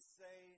say